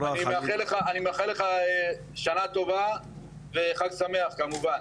אני מאחל שנה טובה וחג שמח כמובן.